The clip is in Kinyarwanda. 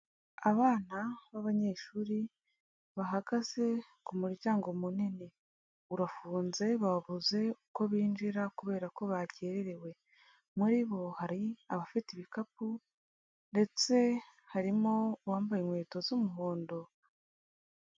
Abana b'abanyeshuri bahagaze ku muryango munini, urafunze babuze uko binjira kubera ko bakererewe, muri bo hari abafite ibikapu ndetse harimo uwambaye inkweto z'umuhondo.